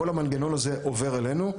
וכל המנגנון הזה עובר אלינו.